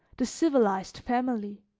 the civilized family.